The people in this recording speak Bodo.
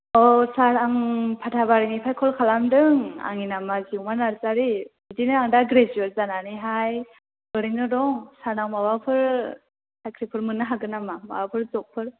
औ सार आं पाटाबारिनिफ्राय कल खालामदों आंनि नामा जिउमा नार्जारि बिदिनो आं दा ग्रेजुवेट जानानैहाय ओरैनो दं सारनाव माबाफोर साख्रिफोर मोन्नो हागोन नामा माबाफोर जबफोर